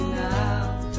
now